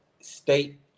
state